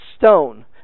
stone